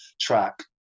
track